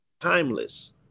timeless